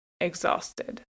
exhausted